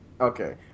Okay